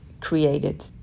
created